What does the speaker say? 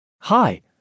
Hi